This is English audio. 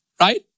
right